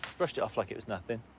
brushed it off like it was nothing.